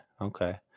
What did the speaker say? Okay